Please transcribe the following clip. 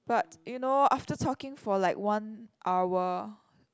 but you know after talking for like one hour